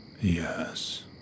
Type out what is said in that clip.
Yes